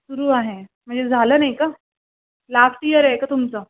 सुरु आहे म्हणजे झालं नाही का लास्ट इयर आहे का तुमचं